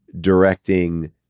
directing